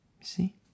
see